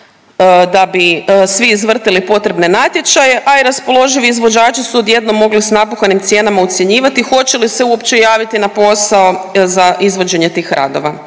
da bi svi izvrtjeli potrebne natječaje, a i raspoloživi izvođači su odjednom mogli s napuhanim cijenama ucjenjivati hoće li se uopće javiti na posao za izvođenje tih radova.